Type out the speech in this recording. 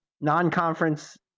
non-conference